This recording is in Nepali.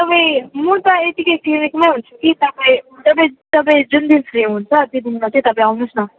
तपाईँ म त यतिकै क्लिनिकमा हुन्छु कि तपाईँ तपाईँ तपाईँ जुन दिन फ्री हुन्छ त्यो दिनमा चाहिँ तपाईँ आउनु होस् न